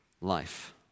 life